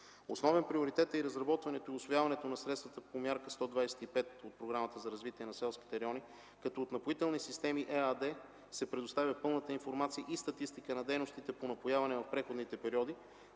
Основен приоритет е разработването и усвояването на средства по Мярка 125 от Програмата за развитието на селските райони, като от „Напоителни системи” ЕАД се предоставя пълната информация и статистика на дейностите по напояване в преходните периоди,